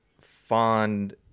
fond –